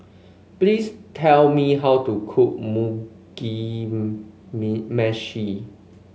please tell me how to cook Mugi Meshi